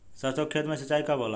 सरसों के खेत मे सिंचाई कब होला?